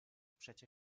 przecie